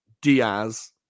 Diaz